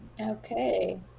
Okay